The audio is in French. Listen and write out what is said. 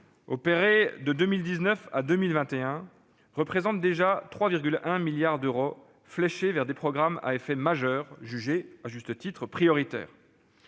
opérés de 2019 à 2021 représentent déjà 3,1 milliards d'euros, qui sont fléchés vers des programmes à effet majeur jugés- à juste titre -prioritaires